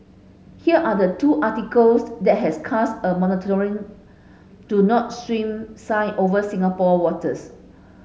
here are the two articles that has cast a metaphorical do not swim sign over Singapore waters